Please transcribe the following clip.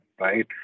right